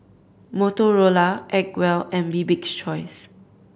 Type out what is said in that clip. Motorola Acwell and Bibik's Choice